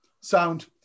Sound